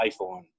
iPhone